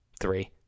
three